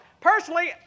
personally